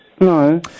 No